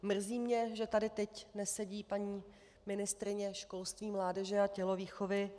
Mrzí mě, že tady teď nesedí paní ministryně školství, mládeže a tělovýchovy.